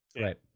Right